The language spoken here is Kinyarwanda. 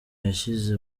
yashyize